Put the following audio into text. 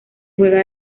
juega